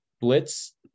Blitz